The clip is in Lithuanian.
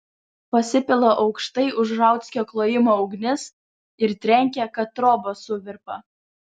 pasipila aukštai už rauckio klojimo ugnis ir trenkia kad trobos suvirpa